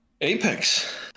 apex